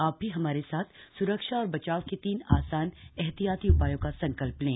आप भी हमारे साथ सुरक्षा और बचाव के तीन आसान एहतियाती उपायों का संकल्प लें